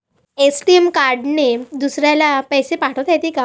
ATM कार्डने दुसऱ्याले पैसे पाठोता येते का?